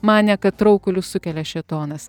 manė kad traukulius sukelia šėtonas